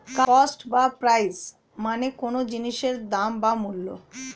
cost বা price মানে কোনো জিনিসের দাম বা মূল্য